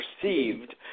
perceived